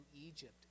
Egypt